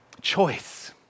Choice